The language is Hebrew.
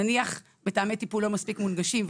נניח מתאמי טיפול לא מספיק מונגשים,